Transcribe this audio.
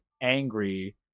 angry